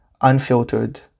Unfiltered